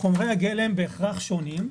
חומרי הגלם בהכרח שונים.